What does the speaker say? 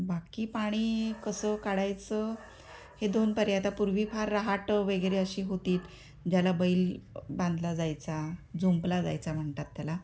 बाकी पाणी कसं काढायचं हे दोन पर्याय आहेत आता पूर्वी फार रहाट वगैरे अशी होती ज्याला बैल बांधला जायचा जुंपला जायचा म्हणतात त्याला